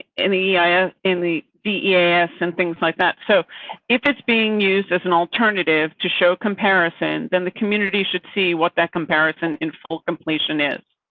ah in the the and things like that. so if it's being used as an alternative to show comparison, then the community should see what that comparison in full completion is.